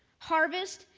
harvest,